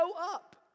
up